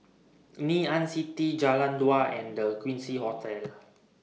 Ngee Ann City Jalan Dua and The Quincy Hotel